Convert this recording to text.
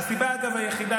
אגב,